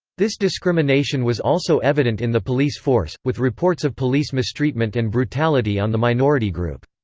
this discrimination was also evident in the police force, with reports of police mistreatment and brutality on the minority group.